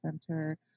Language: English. Center